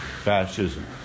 Fascism